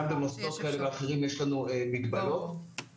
יש לנו מגבלות,